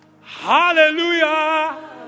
Hallelujah